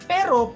Pero